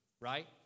Right